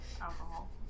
alcohol